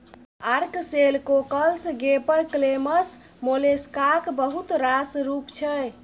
ark shell, cockles, gaper clams मोलेस्काक बहुत रास रुप छै